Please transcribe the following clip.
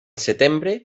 setembre